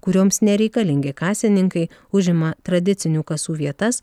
kurioms nereikalingi kasininkai užima tradicinių kasų vietas